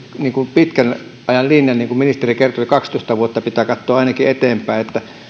pitkän ajan linjan niin kuin ministeri kertoi että ainakin kaksitoista vuotta pitää katsoa eteenpäin niin että